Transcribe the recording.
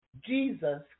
Jesus